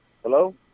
Hello